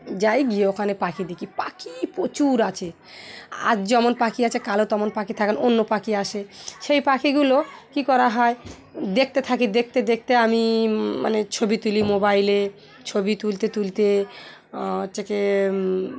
যাই গিয়ে ওখানে পাখি দেখি পাখি প্রচুর আছে আজ যেমন পাখি আছে কালো তেমন পাখি থাকেন অন্য পাখি আসে সেই পাখিগুলো কী করা হয় দেখতে থাকি দেখতে দেখতে আমি মানে ছবি তুলি মোবাইলে ছবি তুলতে তুলতে থেকে